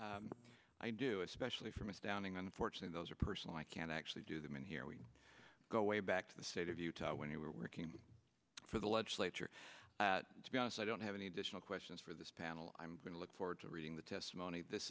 i do especially from astounding unfortunately those are personal i can't actually do them and here we go way back to the state of utah when you were working for the legislature to be honest i don't have any additional questions for this panel i'm going to look forward to reading the testimony this